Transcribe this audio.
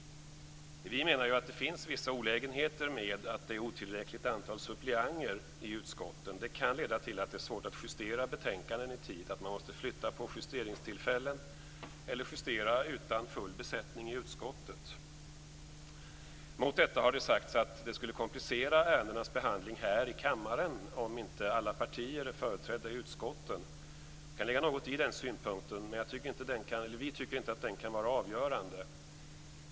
Vi menar att det finns vissa olägenheter med att det är ett otillräckligt antal suppleanter i utskotten. Det kan leda till att det är svårt att justera betänkanden i tid, att man måste flytta på justeringstillfällen eller justera utan full besättning i utskottet. Mot detta har det sagts att det skulle komplicera ärendenas behandling här i kammaren om inte alla partier är företrädda i utskotten. Det kan ligga något i den synpunkten, men vi tycker inte att den kan vara avgörande.